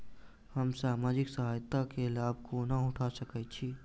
हम सामाजिक सहायता केँ लाभ कोना उठा सकै छी?